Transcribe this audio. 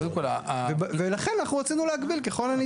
קודם כל --- ולכן אנחנו רצינו להגביל ככל הניתן.